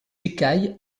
écailles